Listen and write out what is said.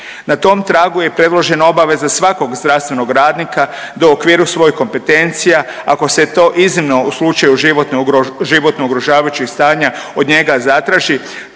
Na tom tragu je predložena obaveza svakog zdravstvenog radnika da u okviru svojih kompetencija ako se to iznimno u slučaju životno ugrožavajućih stanja od njega zatraži